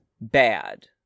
bad